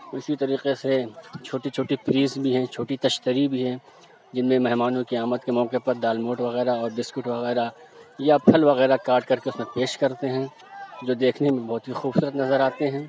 اِسی طریقے سے چھوٹی چھوٹی بھی ہیں چھوٹی چھوٹی تشتری بھی ہیں جن میں مہمانوں کی آمد کے موقعے پر دال موٹا وغیرہ اور بسکٹ وغیرہ یا پھل وغیرہ کاٹ کر کے اُس میں پیش کرتے ہیں جو دیکھنے میں بہت ہی خوبصورت نظر آتے ہیں